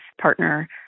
partner